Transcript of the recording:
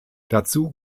dazu